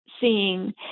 seeing